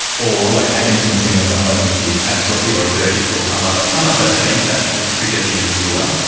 like a sentencing of ah of an accused. absolutely, or a verdict or some other some other event that would trigger the end of the order.